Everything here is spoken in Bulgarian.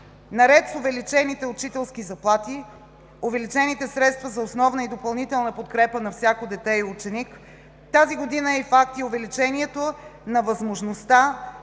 Наред с увеличените учителски заплати, увеличените средства за основна и допълнителна подкрепа на всяко дете и ученик, тази година е факт и увеличението на възможността